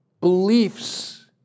Beliefs